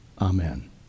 Amen